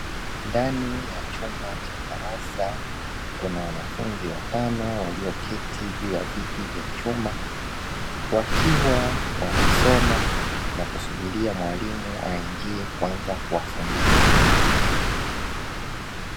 Ndani ya chumba cha darasa, kuna wanafunzi watano walioketi juu ya viti vya chuma, wakiwa wanasoma na kusubiria mwalimu aingie kwanza kuwafundisha.